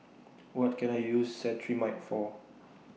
What Can I use Cetrimide For